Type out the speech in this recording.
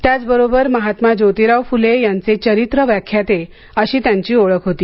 त्याचबरोबर महात्मा ज्योतीराव फुले यांचे चरित्र व्याख्याते अशी त्यांची ओळख होती